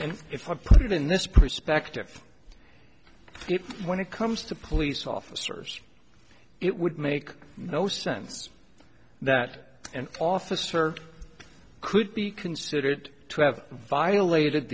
and if i put it in this perspective if when it comes to police officers it would make no sense that an officer could be considered